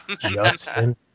Justin